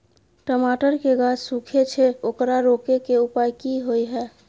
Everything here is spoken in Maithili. टमाटर के गाछ सूखे छै ओकरा रोके के उपाय कि होय है?